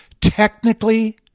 technically